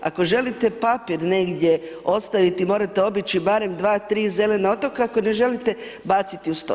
Ako želite paori negdje ostaviti morate obići, barem 2-3 zelena otoka koji ne želite baciti uz to.